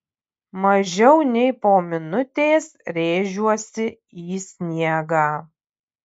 mažiau nei po minutės rėžiuosi į sniegą